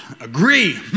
agree